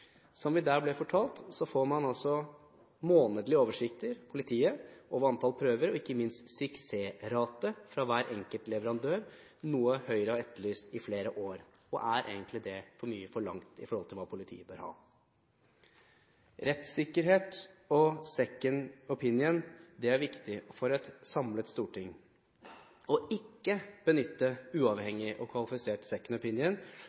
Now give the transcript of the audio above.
Vi ble der fortalt at politiet får månedlige oversikter over antall prøver – og ikke minst suksessrater – fra hver enkelt leverandør, noe Høyre har etterlyst i flere år. Er det egentlig for mye forlangt når det gjelder hva politiet bør ha? Rettssikkerhet og «second opinion» er viktig for et samlet storting. Det ikke å benytte